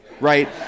right